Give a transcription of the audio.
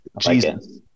Jesus